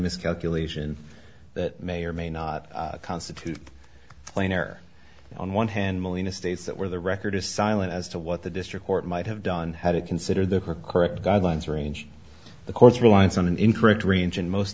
miscalculation that may or may not constitute planar on one hand molina states that where the record is silent as to what the district court might have done how to consider the correct guidelines range the course reliance on an incorrect range in most